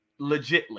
Legitly